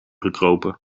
gekropen